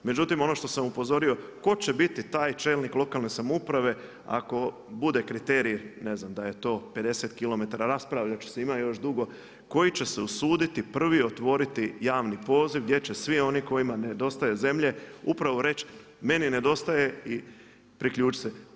Međutim, ono što sam upozorio tko će biti taj čelnik lokalne samouprave ako bude kriterij, ne znam da je to 50km, raspravljati će se, ima još dugo koji će se usuditi prvi otvoriti javni poziv gdje će svi oni kojima nedostaje zemlje upravo reći meni nedostaje i priključiti se.